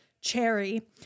cherry